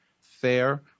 fair